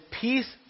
peace